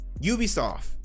Ubisoft